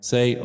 Say